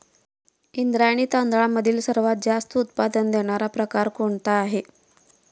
इंद्रायणी तांदळामधील सर्वात जास्त उत्पादन देणारा प्रकार कोणता आहे?